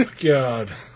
God